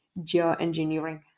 Geoengineering